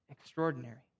extraordinary